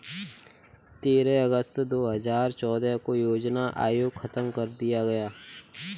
तेरह अगस्त दो हजार चौदह को योजना आयोग खत्म कर दिया गया